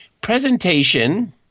Presentation